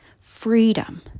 freedom